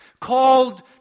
called